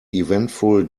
eventful